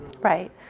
Right